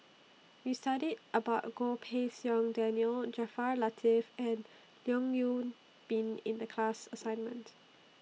We studied about Goh Pei Siong Daniel Jaafar Latiff and Leong Yoon Pin in The class assignment